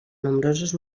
nombrosos